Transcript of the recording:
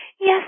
Yes